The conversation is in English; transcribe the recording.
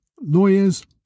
lawyers